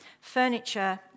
furniture